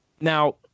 now